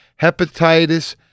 hepatitis